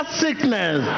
sickness